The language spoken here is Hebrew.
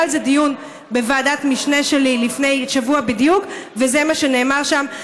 היה על זה דיון בוועדת המשנה שלי לפני שבוע בדיוק וזה מה שנאמר שם.